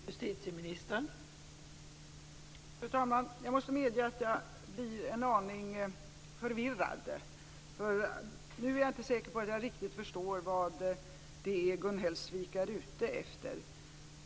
Fru talman! Jag måste medge att jag blir en aning förvirrad, för nu är jag inte säker på att jag riktigt förstår vad Gun Hellsvik är ute efter.